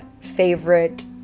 favorite